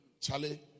Charlie